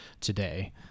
today